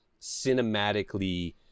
cinematically